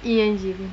ian jeevan